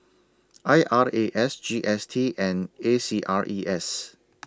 I R A S G S T and A C R E S